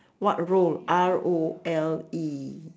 what role R O L E